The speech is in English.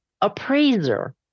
Appraiser